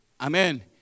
Amen